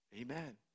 Amen